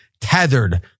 tethered